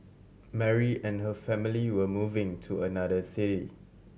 Mary and her family were moving to another city